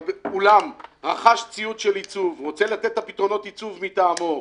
אבל אולם רכש ציוד של עיצוב ורוצה לתת את פתרונות העיצוב מטעמו,